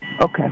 Okay